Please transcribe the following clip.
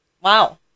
wow